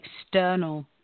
external